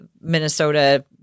Minnesota